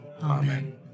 Amen